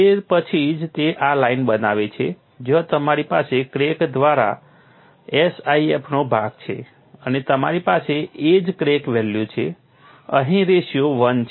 તે પછી જ તે આ લાઇન બનાવે છે જ્યાં તમારી પાસે ક્રેક દ્વારા SIF નો ભાગ છે અને તમારી પાસે એજ ક્રેક વેલ્યુ છે અહીં રેશિયો 1 છે